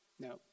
no